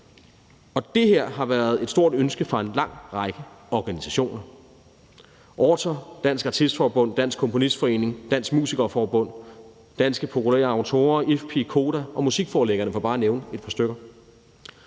og det her har været et stort ønske fra en lang række organisationer som f.eks. Autor, Dansk Artist Forbund, Dansk Komponistforening, Dansk Musiker Forbund, Danske Populær Autorer, IFPI Danmark, Koda og Musikforlæggerne for bare at nævne nogle stykker.